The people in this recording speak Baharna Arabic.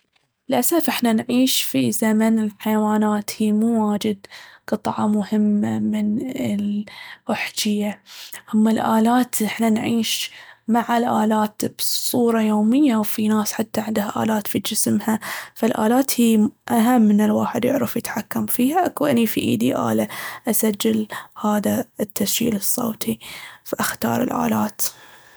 للأسف إحنا نعيش في زمن الحيوانات هي مو واجد قطعة مهمة من الأحجية. أما الآلات، احنا نعيش مع الآلات بصورة يومية، وفي ناس حتى عندها آلات في جسمها. فالآلات هي أهم أن الواحد يعرف يتحكم فيها، أكو أني في إيدي آلة أسجل هذا التسجيل الصوتي، فأختار الآلات.